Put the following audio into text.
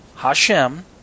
Hashem